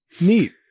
neat